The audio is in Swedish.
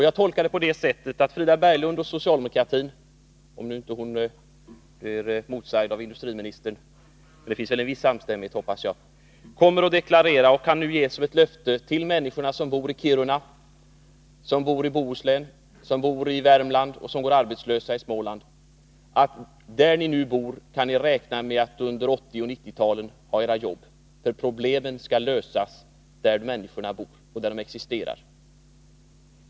Jag tolkar det som ett löfte och utgår från att Frida Berglund och socialdemokratin — om nu inte Frida Berglund blir motsagd av industriministern, men det finns väl en viss samstämmighet, hoppas jag — kommer att deklarera för människorna som bor i Kiruna, som bori Bohuslän, som bor i Värmland och som går arbetslösa i Småland, att där ni nu bor kan ni räkna med att under 1980 och 1990-talen ha era jobb, för problemen skall lösas där människorna bor och där problemen existerar.